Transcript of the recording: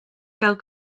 gael